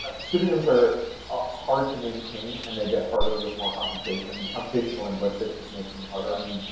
ah pseudonyms are hard to maintain and they get harder with more computation. computational linguistics is making it harder. i mean,